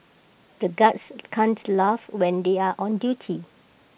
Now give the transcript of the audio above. the guards can't laugh when they are on duty